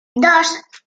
dos